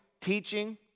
teaching